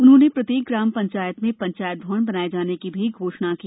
उन्होंने प्रत्येक ग्राम पंचायत में पंचायत भवन बनाए जाने की घोषणा भी की